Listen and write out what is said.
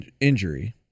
injury